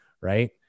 right